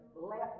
Left